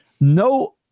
No